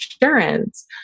insurance